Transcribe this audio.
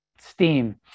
steam